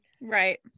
right